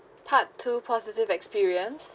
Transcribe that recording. part two positive experience